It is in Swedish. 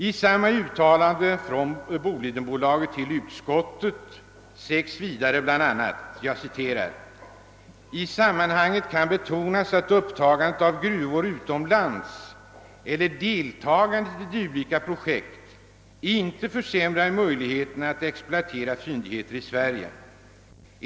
I samma yttrande från Bolidenbolaget till utskottet sägs vidare bl.a.: »I sammanhanget kan betonas att upptagandet av gruvor utomlands eller deltagandet i dylika projekt icke försämrar möjligheterna att exploatera fyndigheter i Sverige.